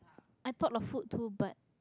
I thought of food too but